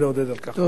תודה.